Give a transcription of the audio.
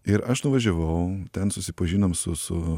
ir aš nuvažiavau ten susipažinom su su